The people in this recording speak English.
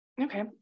Okay